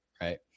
right